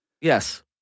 Yes